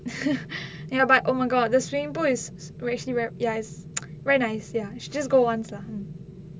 ya but oh my god the swimming pool is seriously very ya very nice ya just go once lah